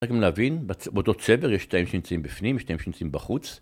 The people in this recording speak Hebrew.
להבין, באותו צבר יש שתיים שנמצאים בפנים, שתיים שנמצאים בחוץ.